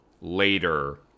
later